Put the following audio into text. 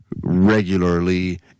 regularly